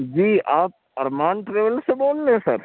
جی آپ ارمان ٹریول سے بول رہے ہیں سر